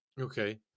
Okay